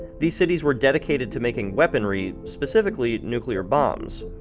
these cities were dedicated to making weaponry, specifically nuclear bombs.